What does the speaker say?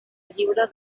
lliure